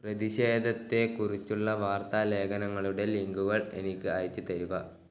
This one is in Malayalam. പ്രതിഷേധത്തെ കുറിച്ചുള്ള വാർത്താലേഖനങ്ങളുടെ ലിങ്കുകൾ എനിക്ക് അയച്ചുതരുക